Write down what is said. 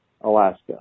Alaska